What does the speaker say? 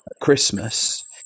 Christmas